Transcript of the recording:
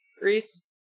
Reese